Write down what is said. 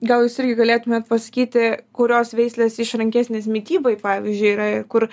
gal jūs irgi galėtumėt pasakyti kurios veislės išrankesnės mitybai pavyzdžiui yra ir kur